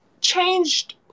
changed